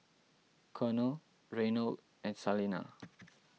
Colonel Reynold and Salena